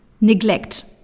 neglect